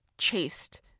Chased